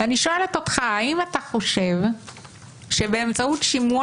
אני שואלת אותך האם אתה חושב שבאמצעות שימוע